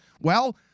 Well-